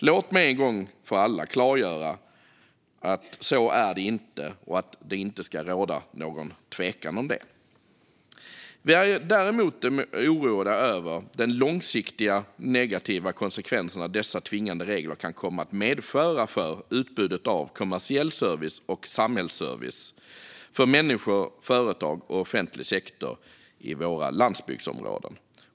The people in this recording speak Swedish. Låt mig en gång för alla klargöra att det inte är så och att det inte ska råda någon tvekan om detta. Vi är däremot oroade över de långsiktigt negativa konsekvenser dessa tvingande regler kan komma att medföra för utbudet av kommersiell service och samhällsservice för människor, företag och offentlig sektor i våra landsbygdsområden.